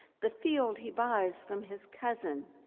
the field he buys from his cousin